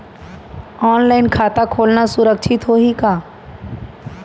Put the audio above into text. Online खाता खोलना सुरक्षित होही का?